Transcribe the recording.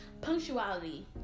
Punctuality